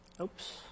Oops